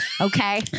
okay